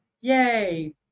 Yay